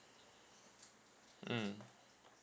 mm